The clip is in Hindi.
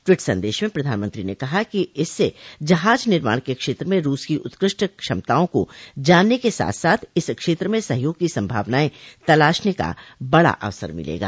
ट्वीट संदेश में प्रधानमंत्री ने कहा कि इससे जहाज निर्माण के क्षेत्र में रूस की उत्कृष्ट क्षमताओं को जानने के साथ साथ इस क्षेत्र में सहयोग की संभावनाएं तलाशने का बड़ा अवसर मिलेगा